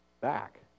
back